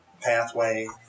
pathway